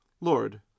Lord